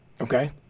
Okay